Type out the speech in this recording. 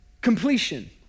completion